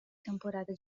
temporada